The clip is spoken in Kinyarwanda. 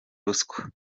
ruswa